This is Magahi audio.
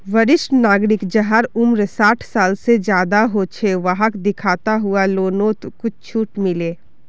वरिष्ठ नागरिक जहार उम्र साठ साल से ज्यादा हो छे वाहक दिखाता हुए लोननोत कुछ झूट मिले